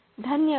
धन्यवाद